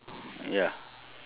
ya